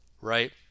right